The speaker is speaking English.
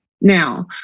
Now